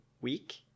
week